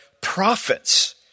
prophets